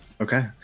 okay